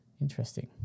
Interesting